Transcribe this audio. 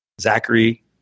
Zachary